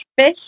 fish